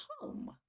home